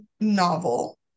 novel